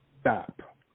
stop